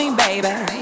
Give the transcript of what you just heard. baby